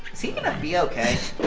is he gonna be okay?